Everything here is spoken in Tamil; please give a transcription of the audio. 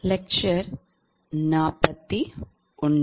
Power System Analysis Prof